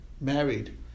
married